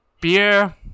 beer